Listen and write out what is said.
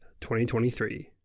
2023